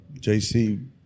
JC